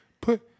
put